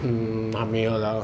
mm 还没有咯